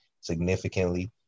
significantly